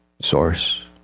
source